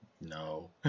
No